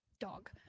Dog